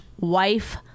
wife